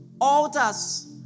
altars